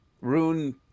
Rune